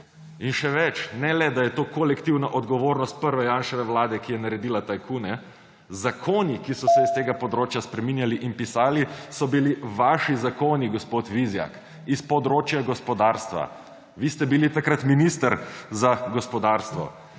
In še več, ne le da je to kolektivna odgovornost prve Janševe vlade, ki je naredila tajkune; zakoni, ki so se s tega področja spreminjali in pisali, so bili vaši zakoni, gospod Vizjak, s področja gospodarstva. Vi ste bili takrat minister za gospodarstvo